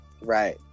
Right